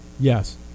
Yes